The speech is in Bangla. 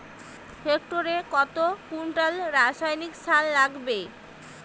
হেক্টরে কত কুইন্টাল রাসায়নিক সার লাগবে?